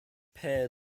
pair